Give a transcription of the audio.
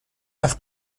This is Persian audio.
وقت